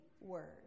word